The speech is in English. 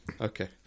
Okay